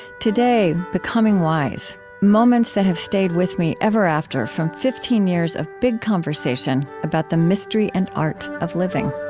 today, becoming wise moments that have stayed with me ever after from fifteen years of big conversation about the mystery and art of living